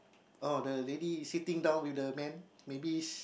oh the lady sitting down with the man maybe